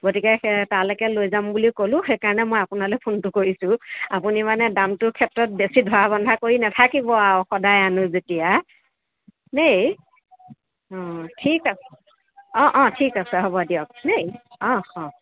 গতিকে তালৈকে লৈ যাম বুলি ক'লো সেইকাৰণে মই আপোনালে ফোনটো কৰিছোঁ আপুনি মানে দামটোৰ ক্ষেত্ৰত বেছি ধৰা বন্ধা কৰি নাথাকিব আৰু সদায় আনো যেতিয়া দেই অঁ ঠিক আছে অঁ অঁ ঠিক আছে হ'ব দিয়ক দেই অঁ অঁ